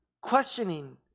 questioning